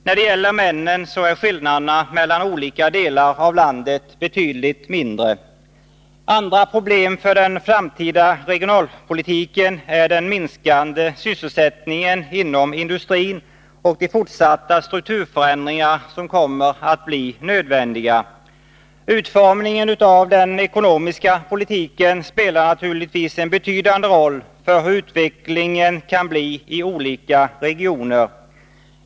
När det gäller männen så är skillnaderna mellan olika delar av landet betydligt mindre. Andra problem för den framtida regionalpolitiken är den minskande sysselsättningen inom industrin och de fortsatta strukturförändringar som kommer att bli nödvändiga. Utformningen av den ekonomiska politiken spelar naturligtvis en betydande roll för hur utvecklingen kan bli i olika regioner.